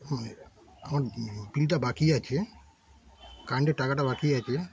মানে আমার বিলটা বাকি আছে কারেন্টের টাকাটা বাকি আছে